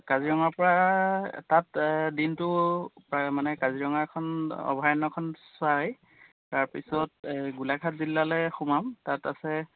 কাজিৰঙাৰপৰা তাত দিনটো প্ৰায় মানে কাজিৰঙাখন অভয়াৰণ্যখন চাই তাৰপিছত এই গোলাঘাট জিলালৈ সোমাম তাত আছে